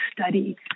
study